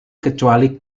kecuali